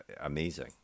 amazing